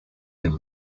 him